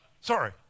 Sorry